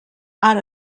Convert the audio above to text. ara